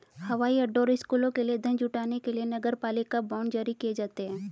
हवाई अड्डों और स्कूलों के लिए धन जुटाने के लिए नगरपालिका बांड जारी किए जाते हैं